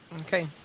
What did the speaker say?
Okay